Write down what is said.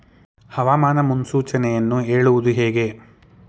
ಹವಾಮಾನ ಮುನ್ಸೂಚನೆಯನ್ನು ಹೇಳುವುದು ಹೇಗೆ?